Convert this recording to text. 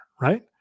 right